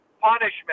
punishment